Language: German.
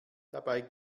dabei